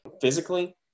physically